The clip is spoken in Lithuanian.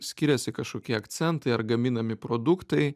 skiriasi kažkokie akcentai ar gaminami produktai